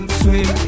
swim